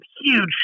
huge